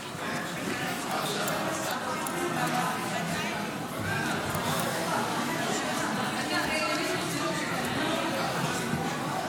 ועדת הכנסת החליטה בישיבתה היום להקים ועדה משותפת לוועדת